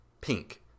pink